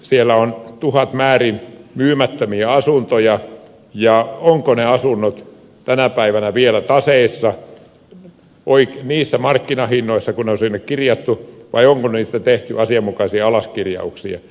siellä on tuhatmäärin myymättömiä asuntoja ja ovatko ne asunnot tänä päivänä vielä taseissa niissä markkinahinnoissa kuin ne on sinne kirjattu vai onko niistä tehty asianmukaisia alaskirjauksia